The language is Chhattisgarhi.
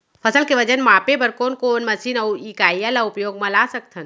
फसल के वजन मापे बर कोन कोन मशीन अऊ इकाइयां ला उपयोग मा ला सकथन?